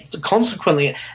consequently